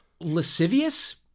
lascivious